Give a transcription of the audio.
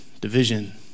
division